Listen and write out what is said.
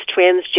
transgender